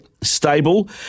stable